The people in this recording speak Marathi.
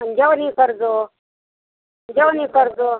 आणि जेवणही कर जेवणही कर